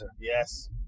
Yes